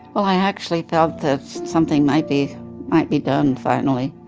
well, i actually felt that something might be might be done finally.